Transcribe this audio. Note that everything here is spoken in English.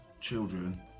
children